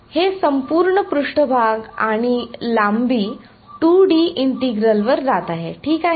हे संपूर्ण पृष्ठभाग आणि लांबी 2 डी इंटिग्रल वर जात आहे ठीक आहे